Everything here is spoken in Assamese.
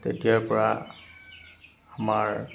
তেতিয়াৰ পৰা আমাৰ